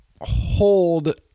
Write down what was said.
hold –